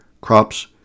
crops